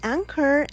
Anchor